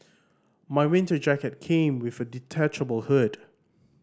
my winter jacket came with a detachable hood